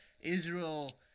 Israel